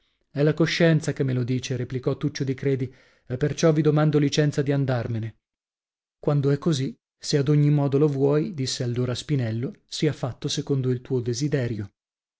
è la coscienza che me lo dice replicò tuccio di credi e perciò vi domando licenza di andarmene quando è così se ad ogni modo lo vuoi disse allora spinello sia fatto secondo il tuo desiderio